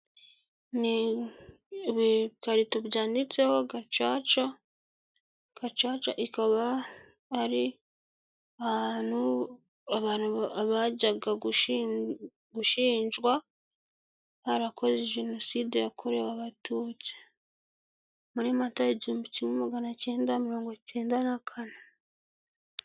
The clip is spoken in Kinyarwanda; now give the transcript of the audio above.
Ni ibikarito byanditseho gacaca, gacaca ikaba ari ahantu bajyaga gushinjwa barakoze jenoside yakorewe aba tutsi, muri mata igihumbi kimwe magana cyenda mirongo icyenda na kane.